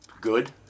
good